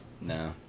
no